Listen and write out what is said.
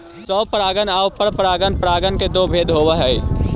स्वपरागण आउ परपरागण परागण के दो भेद हइ